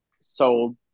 sold